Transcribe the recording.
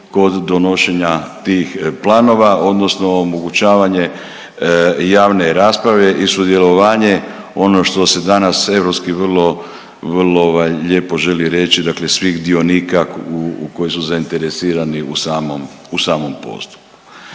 kod donošenja tih planova, odnosno omogućavanje javne rasprave i sudjelovanje ono što se danas europski vrlo lijepo želi reći, dakle svih dionika koji su zainteresirani u samom poslu.